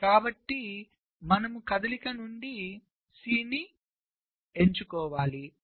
కాబట్టి మనము కదలిక నుండి C ని ఎంచుకోవాలి